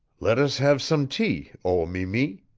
let us have some tea, o-mi-mi,